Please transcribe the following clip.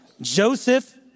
Joseph